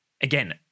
again